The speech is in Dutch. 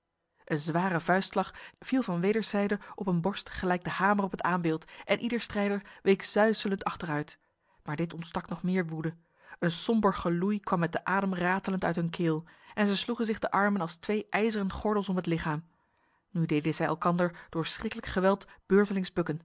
een zware vuistslag viel van wederszijde op een borst gelijk de hamer op het aambeeld en ieder strijder week suizelend achteruit maar dit ontstak nog meer woede een somber geloei kwam met de adem ratelend uit hun keel en zij sloegen zich de armen als twee ijzeren gordels om het lichaam nu deden zij elkander door schriklijk geweld beurtelings bukken